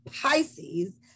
Pisces